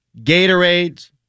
Gatorades